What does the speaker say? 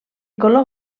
color